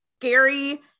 scary